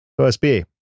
OSB